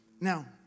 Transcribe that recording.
Now